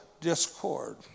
discord